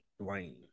Dwayne